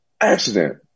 accident